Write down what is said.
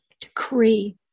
decree